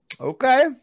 Okay